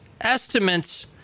estimates